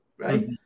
Right